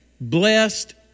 blessed